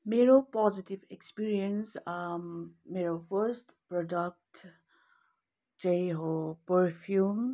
मेरो positive experience मेरो first product चाहिँ हो परफ्युम